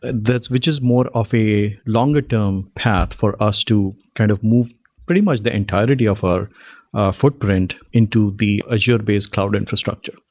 and which is more of a longer term path for us to kind of move pretty much the entirety of our footprint into the azure based cloud infrastructure.